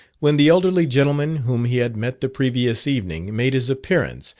when the elderly gentleman whom he had met the previous evening made his appearance,